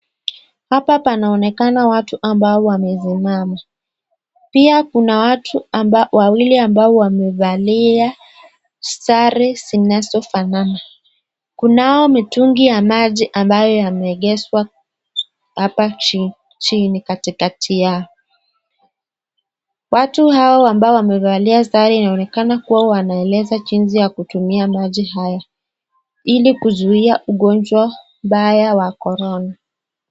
Hapa panaonekana watu ambao wamesimama pia kuna watu wawili ambao wamevalia sare zinazofanana. Kunayo mitungi ya maji ambayo yameegeshwa hapa chini katikati yao. Watu hao ambao wamevalia sare inaonekana kuwa wanaeleza jinsi ya kutumia maji haya ili kuzuia ugonjwa mbaya wa korona.